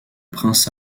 prince